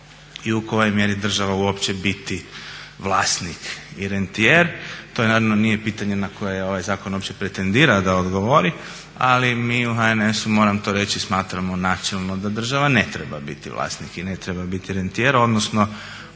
i u kojoj mjeri država uopće biti vlasnik i rentijer. To naravno nije pitanje na koje ovaj zakon uopće pretendira da odgovori ali mi u HNS-u moram to reći smatramo načelno da država ne treba biti vlasnik i ne treba biti rentijer, odnosno